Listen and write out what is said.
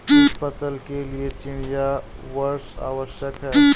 किस फसल के लिए चिड़िया वर्षा आवश्यक है?